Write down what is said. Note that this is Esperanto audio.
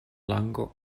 lango